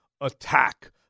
attack